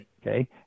Okay